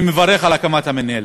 אני מברך על הקמת המינהלת,